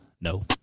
no